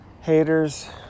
Haters